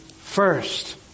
first